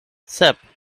sep